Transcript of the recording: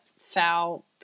foul